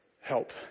help